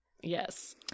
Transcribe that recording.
yes